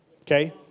Okay